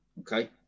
Okay